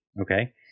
okay